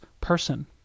person